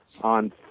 on